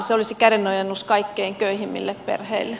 se olisi kädenojennus kaikkein köyhimmille perheille